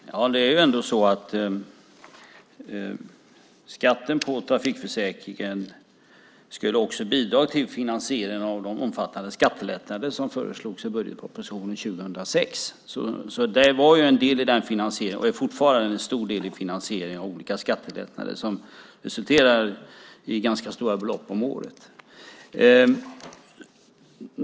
Herr talman! Det är ändå så att skatten på trafikförsäkringen också skulle bidra till finansieringen av de omfattande skattelättnader som föreslogs i budgetpropositionen 2006. Det utgjorde ju en del av den finansieringen och utgör fortfarande en stor del av finansieringen av olika skattelättnader, som resulterar i ganska stora belopp om året.